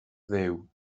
dduw